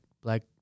Black